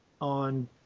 on